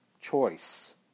choice